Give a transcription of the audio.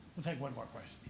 we'll take one more question